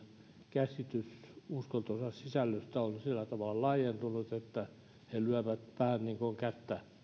käsitys uskontonsa sisällöstä on sillä tavalla laajentunut että ne lyövät vähän niin kuin kättä